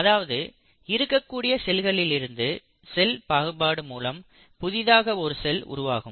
அதாவது இருக்கக்கூடிய செல்களில் இருந்து செல் பாகுபாடு மூலம் புதிதாக ஒரு செல் உருவாகும்